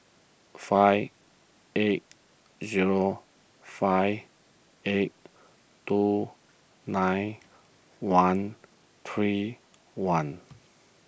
five eight zero five eight two nine one three one